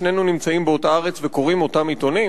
שנינו נמצאים באותה ארץ וקוראים את אותם עיתונים.